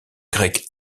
grec